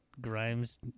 Grimes